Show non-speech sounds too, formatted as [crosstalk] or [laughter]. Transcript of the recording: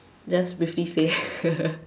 just briefly say [laughs]